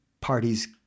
parties